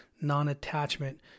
Non-attachment